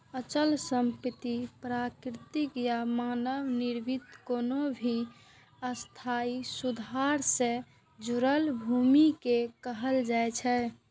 अचल संपत्ति प्राकृतिक या मानव निर्मित कोनो भी स्थायी सुधार सं जुड़ल भूमि कें कहल जाइ छै